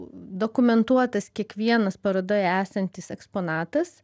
dokumentuotas kiekvienas parodoje esantis eksponatas